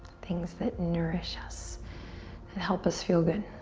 things that nourish us and help us feel good.